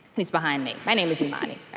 he's behind me. my name is imani.